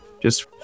just-